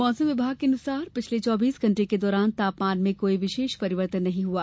मौसम विभाग के अनुसार पिछले चौबीस घण्टे के दौरान तापमान में कोई विशेष परिवर्तन नहीं हुआ